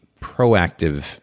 proactive